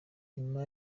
nyuma